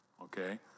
okay